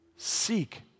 Seek